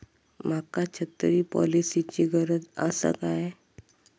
माका छत्री पॉलिसिची गरज आसा काय?